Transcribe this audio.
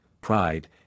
pride